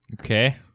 Okay